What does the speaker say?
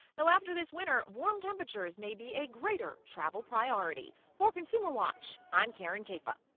though after this winter, warm temperatures may be a greater travel priority. for consumer watch, i'm karin caifa.